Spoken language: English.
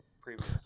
previous